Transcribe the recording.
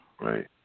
Right